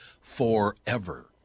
forever